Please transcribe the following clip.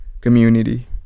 community